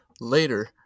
Later